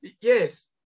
yes